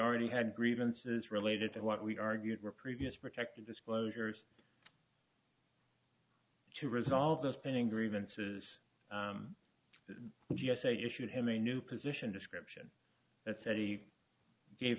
already had grievances related to what we argued were previous protective disclosures to resolve those pending grievances the g s a issued him a new position description that said he gave